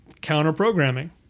counter-programming